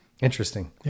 Interesting